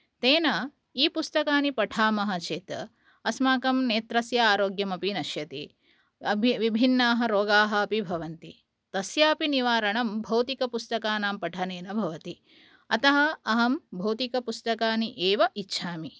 तेन ई पुस्तकानि पठामः चेत् अस्माकं नेत्रस्य आरोग्यमपि नश्यति विभिन्नाः रोगाः अपि भवन्ति तस्यापि निवारणं भौतिकपुस्तकानां पठनेन भवति अत अहं भौतिकपुस्तकानि एव इच्छामि